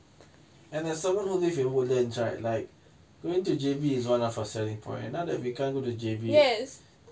and there's someone who live in woodlands right like going to J_B is one of a selling point and now that we can't go to J_B